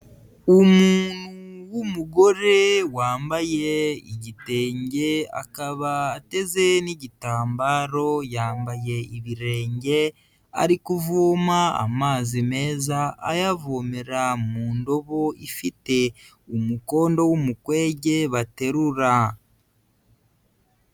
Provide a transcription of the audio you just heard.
Umuntu w'umugore wambaye igitenge akaba ateze n'igitambaro yambaye ibirenge, ari kuvoma amazi meza ayavomera mu ndobo ifite umukondo w'umukwege baterura.